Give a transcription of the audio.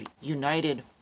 united